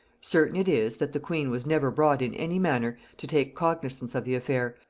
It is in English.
certain it is, that the queen was never brought in any manner to take cognisance of the affair,